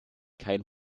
kein